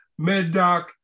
MedDoc